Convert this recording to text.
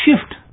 shift